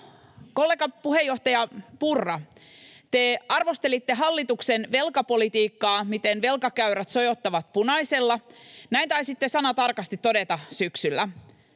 kollega, puheenjohtaja Purra, te arvostelitte hallituksen velkapolitiikkaa, miten velkakäyrät sojottavat punaisella — näin taisitte sanatarkasti todeta syksyllä.